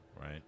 right